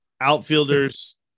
Outfielders